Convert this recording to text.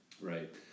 Right